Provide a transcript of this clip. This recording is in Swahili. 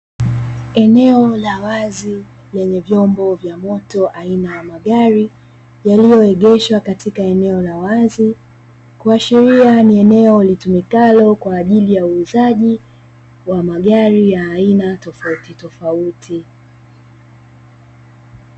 Eneo la wazi lenye vyombo vya moto aina ya magari, yaliyoegeshwa katika eneo la wazi, kuashiria ni eneo litumikalo kwa ajili ya uuzaji wa magari ya aina tofautitofauti.